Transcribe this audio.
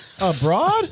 abroad